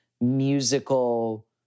musical